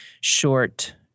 short